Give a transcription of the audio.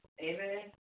Amen